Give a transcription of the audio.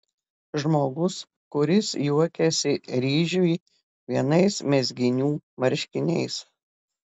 žmogus kuris juokiasi ryžiui vienais mezginių marškiniais